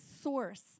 source